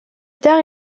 tard